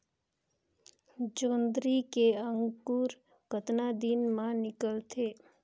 जोंदरी के अंकुर कतना दिन मां निकलथे?